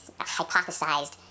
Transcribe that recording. hypothesized